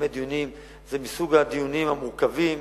זה מסוג הדיונים המורכבים